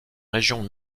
région